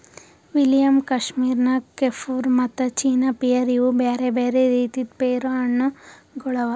William, Kashmir Nakh, Kieffer ಮತ್ತ China pear ಇವು ಬ್ಯಾರೆ ಬ್ಯಾರೆ ರೀತಿದ್ ಪೇರು ಹಣ್ಣ ಗೊಳ್ ಅವಾ